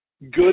good